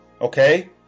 Okay